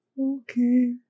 Okay